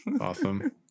awesome